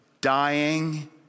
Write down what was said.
dying